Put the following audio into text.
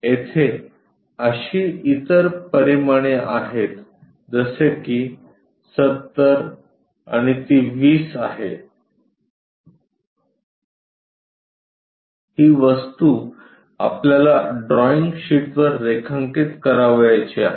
येथे अशी इतर परिमाणे आहेत जसे की 70 आणि ती 20 आहे ही वस्तू आपल्याला ड्रॉईंग शीटवर रेखांकित करावयाची आहे